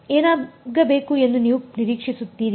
ಏನಾಗಬೇಕು ಎಂದು ನೀವು ನಿರೀಕ್ಷಿಸುತ್ತೀರಿ